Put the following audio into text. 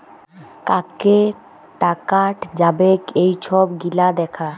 কাকে টাকাট যাবেক এই ছব গিলা দ্যাখা